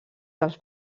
dels